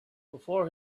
before